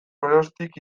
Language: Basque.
geroztik